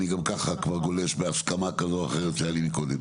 אני גם ככה כבר גולש מהסכמה כזאת או אחרת שהיתה לי קודם.